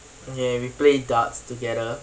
ya we play darts together